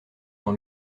dans